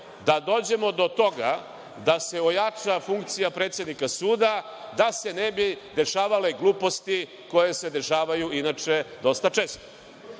da dođemo do toga da se ojača funkcija predsednika suda, da se ne bi dešavale gluposti koje se dešavaju inače dosta često. Prema